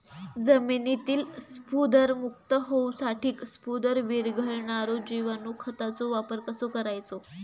जमिनीतील स्फुदरमुक्त होऊसाठीक स्फुदर वीरघळनारो जिवाणू खताचो वापर कसो करायचो?